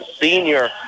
senior